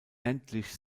endlich